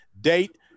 date